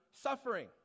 suffering